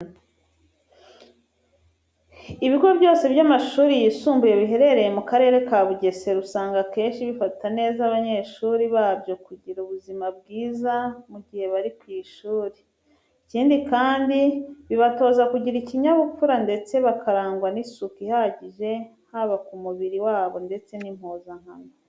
Ibigo byose by'amashuri yisumbuye biherereye mu Karere ka Bugesera usanga akenshi bifata neza abanyeshuri babyo bakagira ubuzima bwiza mu gihe bari ku ishuri. Ikindi kandi bibatoza kugira ikinyabupfura ndetse bakarangwa n'isuku ihagije haba ku mubiri wabo ndetse n'impuzankano.